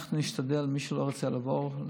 אנחנו נשתדל שמי שלא רוצה לעבור,